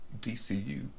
DCU